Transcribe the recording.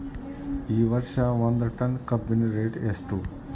ಈ ವರ್ಷ ಒಂದ್ ಟನ್ ಕಬ್ಬಿನ ರೇಟ್ ಎಷ್ಟು?